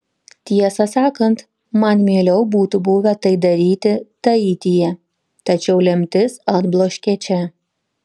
tiesą sakant man mieliau būtų buvę tai daryti taityje tačiau lemtis atbloškė čia